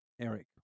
Eric